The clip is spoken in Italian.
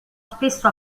spesso